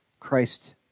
Christ